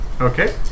Okay